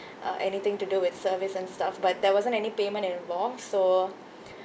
uh anything to do with service and stuff but there wasn't any payment involved so